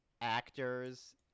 actors